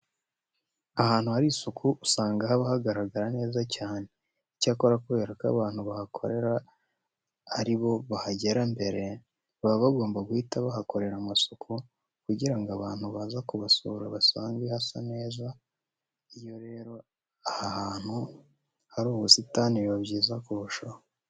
Ahantu hari isuku usanga haba hagaragara neza cyane. Icyakora kubera ko abantu bahakorera ari bo bahagera mbere, baba bagomba guhita bahakorera amasuku kugira ngo abantu baza kubasura basange hasa neza. Iyo rero aha hantu hari ubusitani biba byiza kurushaho.